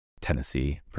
Tennessee